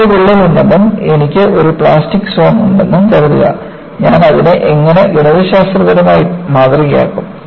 എനിക്ക് ഒരു വിള്ളൽ ഉണ്ടെന്നും എനിക്ക് ഒരു പ്ലാസ്റ്റിക് സോൺ ഉണ്ടെന്നും കരുതുക ഞാൻ അതിനെ എങ്ങനെ ഗണിതശാസ്ത്രപരമായി മാതൃകയാക്കും